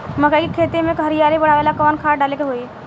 मकई के खेती में हरियाली बढ़ावेला कवन खाद डाले के होई?